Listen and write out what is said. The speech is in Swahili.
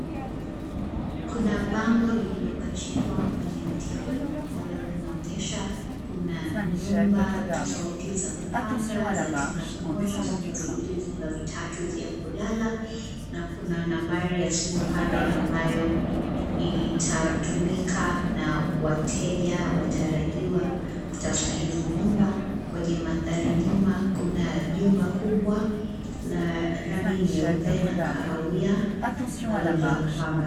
Kuna bango lililopachikwa kwenye mti huu ambalo linaonyesha kuna nyumba tofauti za kupanga; za chumba kimoja, vyumba viwili, vyumba vitatau vya kulala. Na kuna nambari za simu pale ambayo itatumika na wateja watarajiwa, kutafuta hizi nyumba. Kwenye mandhari nyuma, kuna jumba kubwa la rangi nyeupe na kahawia ambalo ni la kupanga.